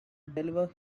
deliver